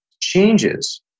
changes